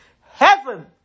Heaven